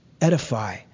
edify